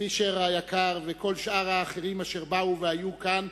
פישר היקר וכל האחרים אשר באו והיו כאן,